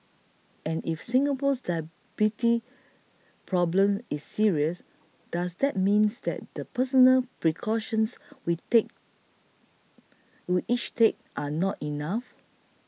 and if Singapore's diabetes problem is serious does that means that the personal precautions we take we each take are not enough